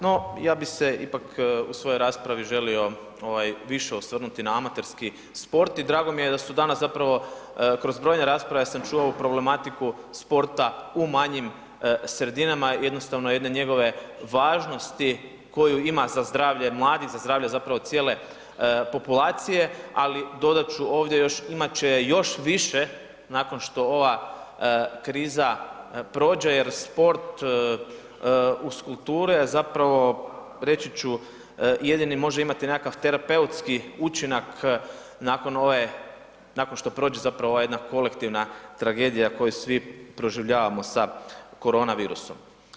No, ja bih se ipak u svojoj raspravi želio više osvrnuti na amaterski sport i drago mi je da sam kroz brojne rasprave čuo problematiku sporta u manjim sredinama jednostavno jedne njegove važnosti koju ima za zdravlje mladih, za zdravlje zapravo cijele populacije, ali dodat ću ovdje, imat će još više nakon što ova kriza prođe jer sport uz kulturu je zapravo reći ću može imati nekakav terapeutski učinak nakon što prođe ova jedna kolektivna tragedija koju svi proživljavamo sa korona virusom.